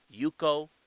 Yuko